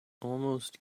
almost